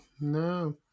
no